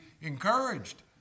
encouraged